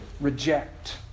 reject